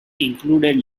included